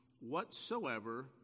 whatsoever